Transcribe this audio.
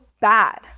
bad